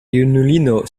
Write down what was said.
junulino